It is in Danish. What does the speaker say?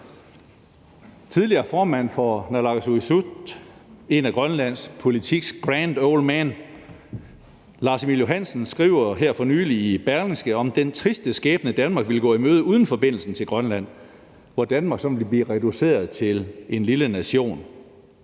Tidligere formand for naalakkersuisut, en af grønlandsk politiks grand old men, Lars-Emil Johansen, skrev her for nylig i Berlingske om den triste skæbne, Danmark ville gå i møde uden forbindelsen til Grønland, hvor Danmark sådan ville blive reduceret til en lille nation.